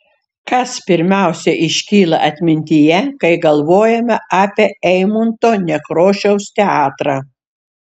kas pirmiausia iškyla atmintyje kai galvojame apie eimunto nekrošiaus teatrą